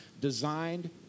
designed